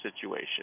situation